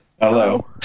Hello